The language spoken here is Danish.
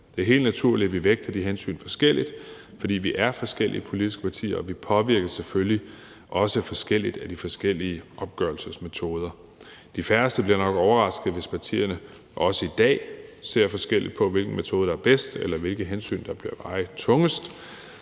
Det er helt naturligt, at vi vægter de hensyn forskelligt, fordi vi er forskellige politiske partier, og vi påvirkes selvfølgelig også forskelligt af de forskellige opgørelsesmetoder. De færreste bliver nok overrasket, hvis partierne også i dag ser forskelligt på, hvilken metode der er bedst, eller hvilke hensyn der bør veje tungest.